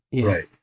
Right